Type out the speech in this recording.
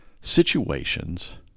situations